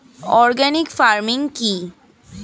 Organic farming কি?